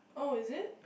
oh is it